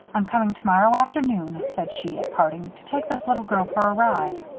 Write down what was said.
i'm coming tomorrow afternoon, said she, at parting, to take this little girl for a ride.